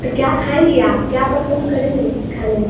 तो क्या खाएँगी आप क्या पसंद करेंगी खाने में